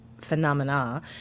phenomena